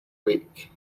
week